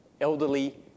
elderly